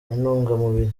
intungamubiri